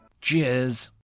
Cheers